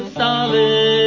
solid